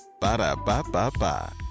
Ba-da-ba-ba-ba